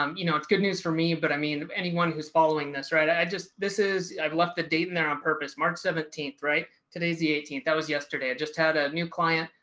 um you know, it's good news for me, but i mean, anyone who's following this right i just this is i've left the date in there on purpose march seventeen. right, today's the eighteenth that was yesterday, i just had a new client.